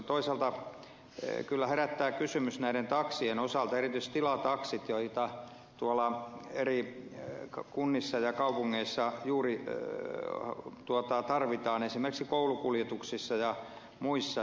toisaalta tämä kyllä herättää kysymyksen näiden taksien osalta erityisesti tilataksien joita tuolla kunnissa ja kaupungeissa juuri tarvitaan esimerkiksi koulukuljetuksissa ja muissa